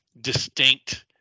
distinct